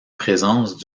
présence